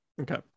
Okay